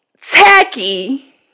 tacky